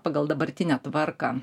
pagal dabartinę tvarką